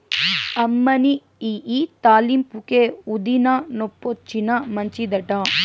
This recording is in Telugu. అమ్మనీ ఇయ్యి తాలింపుకే, ఊదినా, నొప్పొచ్చినా మంచిదట